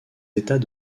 états